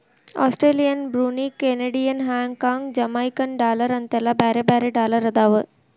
Australian Brunei Canadian Hong Kong Jamaican dollar ಅಂತೆಲ್ಲಾ ಬ್ಯಾರೆ ಬ್ಯಾರೆ ಡಾಲರ್ ಅದಾವ